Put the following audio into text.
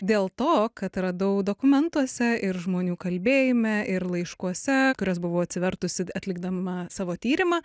dėl to kad radau dokumentuose ir žmonių kalbėjime ir laiškuose kuriuos buvau atsivertusi atlikdama savo tyrimą